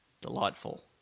delightful